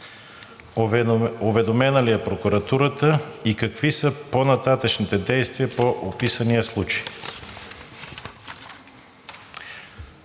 Уведомена ли е прокуратурата и какви са по-нататъшните действия по описания случай?